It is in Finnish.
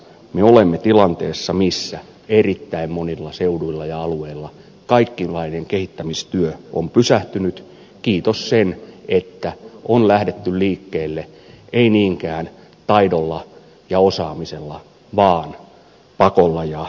me olemme tilanteessa missä erittäin monilla seuduilla ja alueilla kaikenlainen kehittämistyö on pysähtynyt kiitos sen että on lähdetty liikkeelle ei niinkään taidolla ja osaamisella vaan pakolla ja uhkailemalla